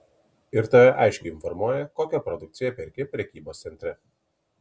ir tave aiškiai informuoja kokią produkciją perki prekybos centre